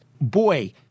boy